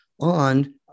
on